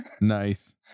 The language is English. Nice